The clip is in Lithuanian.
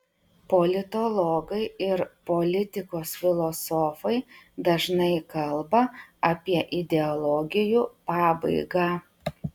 politologai ir politikos filosofai dažnai kalba apie ideologijų pabaigą